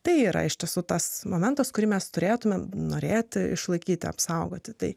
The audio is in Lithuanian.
tai yra iš tiesų tas momentas kurį mes turėtumėme norėti išlaikyti apsaugoti tai